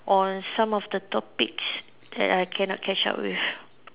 on some of the topics that I cannot catch up with